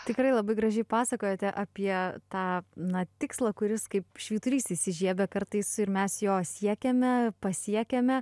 tikrai labai gražiai pasakojate apie tą na tikslą kuris kaip švyturys įsižiebia kartais ir mes jo siekiame pasiekiame